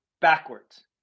backwards